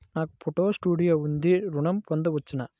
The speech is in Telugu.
నాకు ఫోటో స్టూడియో ఉంది ఋణం పొంద వచ్చునా?